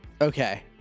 Okay